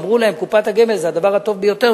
אמרו להם שקופת גמל זה הדבר הטוב ביותר,